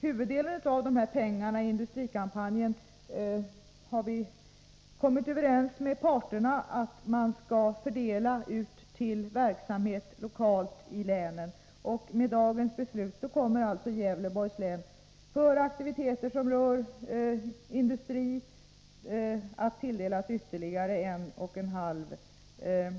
Huvuddelen av pengarna till industrikampanjen skall fördelas ut till verksamhet lokalt i länet — detta har regeringen kommit överens med parterna om. Dagens beslut innebär att Gävleborgs län tilldelats ytterligare 1,5